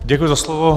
Děkuji za slovo.